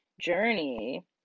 journey